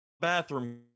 bathroom